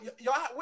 y'all